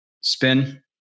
spin